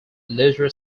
leisure